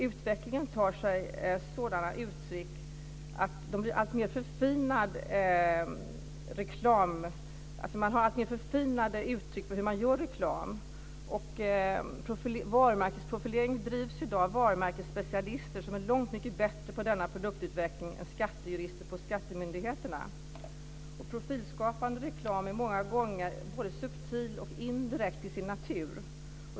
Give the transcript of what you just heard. Utvecklingen tar sig sådana uttryck att man har alltmer förfinade uttryck när man gör reklam. Varumärkesprofilering drivs i dag av varumärkesspecialister som är långt mycket bättre på denna produktutveckling än skattejurister på skattemyndigheterna. Profilskapande reklam är många gånger både subtil och indirekt till sin natur.